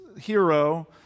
hero